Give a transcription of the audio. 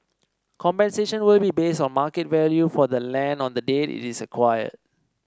compensation will be based on market value for the land on the date it is acquired